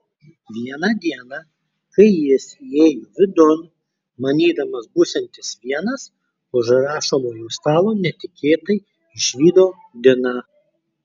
vieną dieną kai jis įėjo vidun manydamas būsiantis vienas už rašomojo stalo netikėtai išvydo diną